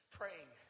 praying